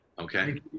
Okay